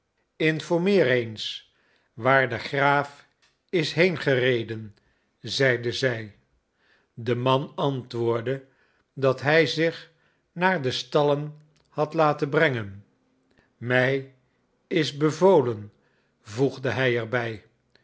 informeer eens waar de graaf is heengereden zeide zij de man antwoordde dat hij zich naar de stallen had laten brengen mij is bevolen voegde hij er